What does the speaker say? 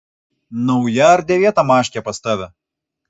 nauja ar dėvėta maškė pas tave